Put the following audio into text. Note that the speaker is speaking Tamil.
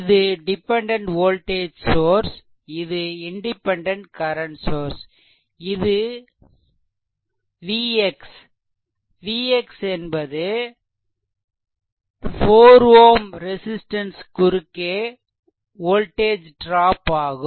இது டிபெண்டென்ட் வோல்டேஜ் சோர்ஸ் இது இண்டிபெண்டென்ட் கரன்ட் சோர்ஸ் இது Vx என்பது Vx 4 Ω ரெசிஸ்ட்டன்ஸ் குறுக்கே வோல்டேஜ் ட்ராப் ஆகும்